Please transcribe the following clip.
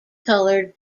coloured